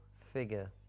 figure